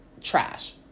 trash